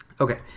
Okay